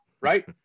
right